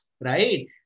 Right